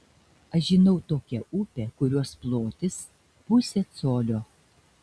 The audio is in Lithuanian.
aš žinau tokią upę kurios plotis pusė colio